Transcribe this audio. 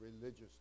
religious